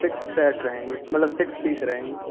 six set रहेंगे मतलब six piece रहेंगे